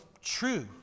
true